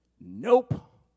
Nope